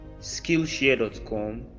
skillshare.com